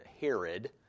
Herod